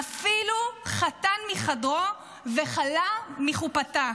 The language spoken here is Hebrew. "אפילו חתן מחדרו וכלה מחופתה".